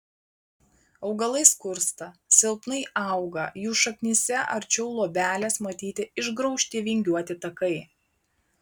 augalai skursta silpnai auga jų šaknyse arčiau luobelės matyti išgraužti vingiuoti takai